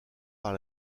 par